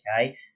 okay